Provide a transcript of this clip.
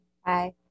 hi